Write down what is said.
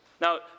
Now